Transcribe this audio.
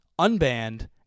unbanned